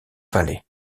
valley